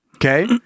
Okay